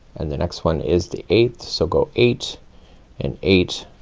and the next one is the eighth. so go eight and eight,